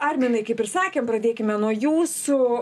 arminai kaip ir sakėm pradėkime nuo jūsų